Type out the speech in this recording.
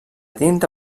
tinta